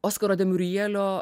oskaro de miurjelio